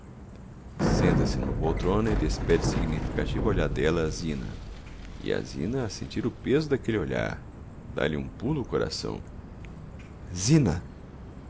senta-se n'uma poltrona e despede significativa olhadela á zina e a zina a sentir o pêso d'aquelle olhar dá-lhe um pulo o coração zina